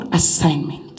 assignment